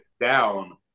down